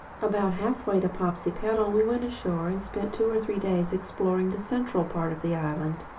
about halfway to popsipetel we went ashore and spent two or three days exploring the central part of the island.